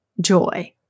joy